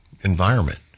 environment